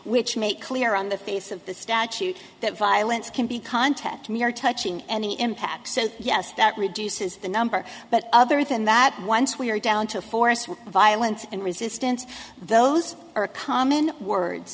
which make clear on the face of the statute that violence can be contact me or touching any impact so yes that reduces the number but other than that once we are down to force with violence and resistance those are common words